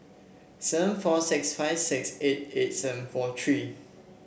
seven four six five six eight eight seven four three